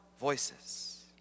voices